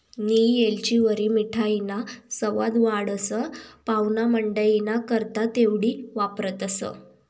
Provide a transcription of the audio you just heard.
नियी येलचीवरी मिठाईना सवाद वाढस, पाव्हणामंडईना करता तेवढी वापरतंस